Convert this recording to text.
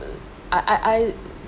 I I I